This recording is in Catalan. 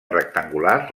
rectangular